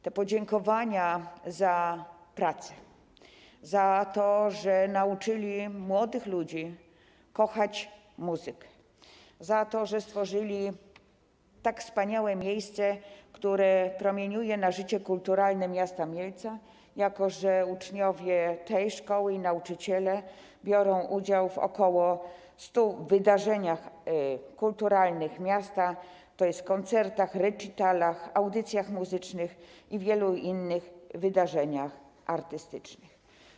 To podziękowania za pracę, za to, że nauczyli młodych ludzi kochać muzykę, za to, że stworzyli tak wspaniałe miejsce, które promieniuje na życie kulturalne miasta Mielca, jako że uczniowie tej szkoły i nauczyciele biorą udział w ok. 100 wydarzeniach kulturalnych miasta, tj. koncertach, recitalach, audycjach muzycznych i wielu innych wydarzeniach artystycznych.